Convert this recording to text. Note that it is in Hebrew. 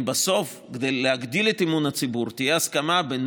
אם בסוף כדי להגדיל את אמון הציבור תהיה הסכמה בין